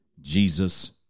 Jesus